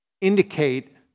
indicate